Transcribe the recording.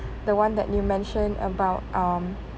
the one that you mentioned about um